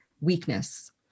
weakness